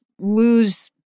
lose